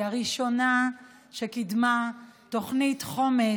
היא הראשונה שקידמה תוכנית חומש,